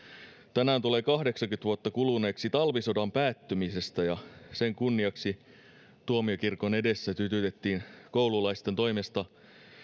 tänään tulee kahdeksankymmentä vuotta kuluneeksi talvisodan päättymisestä ja sen kunniaksi tuomiokirkon edessä sytytettiin koululaisten toimesta